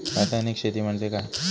रासायनिक शेती म्हणजे काय?